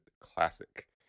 classic